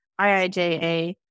IIJA